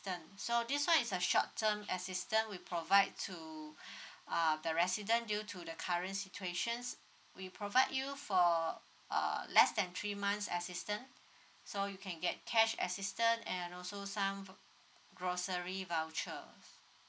so this one is a short term assistance we provide to uh the resident due to the current situations we provide you for err less than three months assistance so you can get cash assistance and also some gro~ grocery voucher